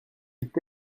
est